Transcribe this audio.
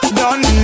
done